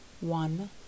one